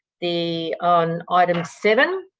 the on item seven.